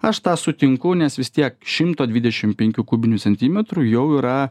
aš tą sutinku nes vis tiek šimto dvidešim penkių kubinių centimetrų jau yra